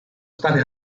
state